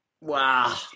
Wow